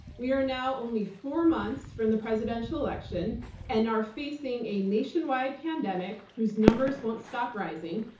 we are now only four months from the presidential election and are facing a nationwide pandemic whose numbers won't stop rising,